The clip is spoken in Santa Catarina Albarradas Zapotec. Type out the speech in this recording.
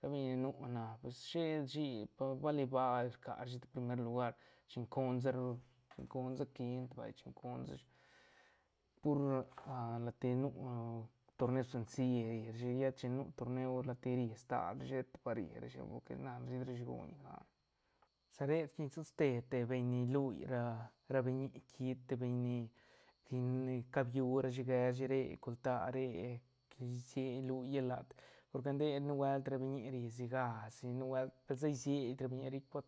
ra biñi ni nu na pues shen huishipa bali- bali rca rashi te primer lugar chin con sa ru chin conda equip vay chin conda shi pur a lat ni nu tor neu senci rri rashi lla chin nu torneu lat ni rri stal rashi sheta pa ri rashi porque na dirurashi guñ na sa re rquin toste te beñ ni lui ra- ra biñi kiit beñ ni ca biu rashi ge shi re col ta re- re sied lulla lat porque nde nubuelt ra biñi ri siga si nubuelt ni sa lseid ra biñi ri cua.